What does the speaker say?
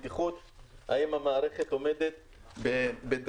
האם המערכת עומדת בתקן של בטיחות?